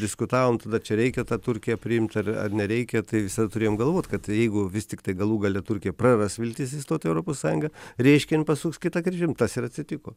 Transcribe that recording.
diskutavome tada čia reikia tą turkiją priimti ar ar nereikia tai visada turėjom galvot kad jeigu vis tiktai galų gale turkija praras viltis įstot į europos sąjungą reiškia jin pasuks kita kryptim tas ir atsitiko